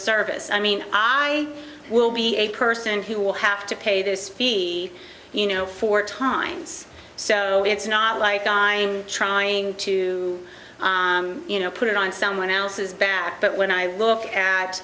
service i mean i will be a person who will have to pay this fee you know four times so it's not like i'm trying to you know put it on someone else's back but when i look at